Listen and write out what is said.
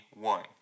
one